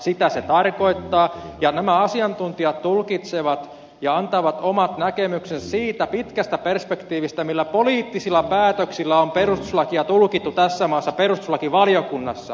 sitä se tarkoittaa ja nämä asiantuntijat tulkitsevat ja antavat omat näkemyksensä siitä pitkästä perspektiivistä millä poliittisilla päätöksillä on perustuslakia tulkittu tässä maassa perustuslakivaliokunnassa